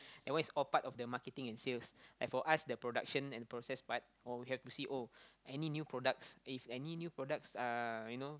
that one is all part of the marketing and sales like for us the production and process part oh we have to see oh any new products if any new products uh you know